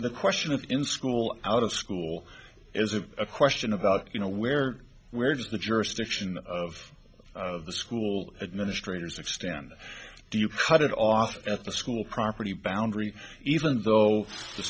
the question of in school out of school is a question about you know where where does the jurisdiction of the school administrators extend do you cut it off at the school property boundary even though the